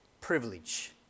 privilege